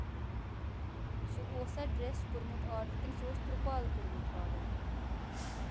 سُہ اوسَا ڈریس کوٚرمُت آرڈر کِنہٕ سُہ اوس تروٚپال کوٚرمُت آرڈر